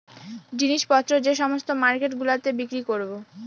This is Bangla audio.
জিনিস পত্র যে সমস্ত মার্কেট গুলোতে বিক্রি করবো